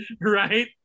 right